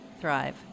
Thrive